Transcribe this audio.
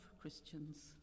Christians